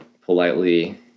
politely